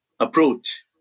Approach